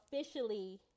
officially